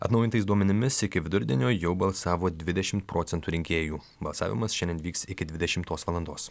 atnaujintais duomenimis iki vidurdienio jau balsavo dvidešimt procentų rinkėjų balsavimas šiandien vyks iki dvidešimtos valandos